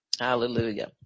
Hallelujah